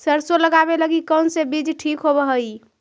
सरसों लगावे लगी कौन से बीज ठीक होव हई?